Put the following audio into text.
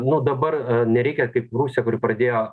nuo dabar nereikia kaip rusija kuri pradėjo